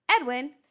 Edwin